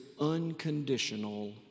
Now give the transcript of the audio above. unconditional